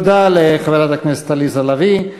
תודה לחברת הכנסת עליזה לביא.